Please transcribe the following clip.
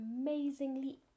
amazingly